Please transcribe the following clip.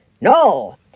No